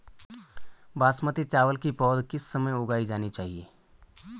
बासमती चावल की पौध किस समय उगाई जानी चाहिये?